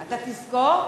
אתה תזכור?